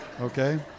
Okay